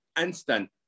instant